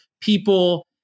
people